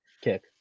kick